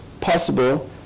possible